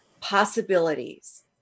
possibilities